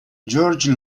george